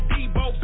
Debo